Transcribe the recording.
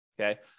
Okay